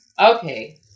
Okay